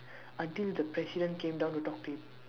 until the president came down to talk to him